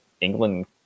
England